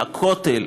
הכותל,